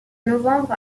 novembre